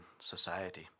society